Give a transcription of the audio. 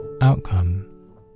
outcome